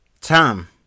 Tom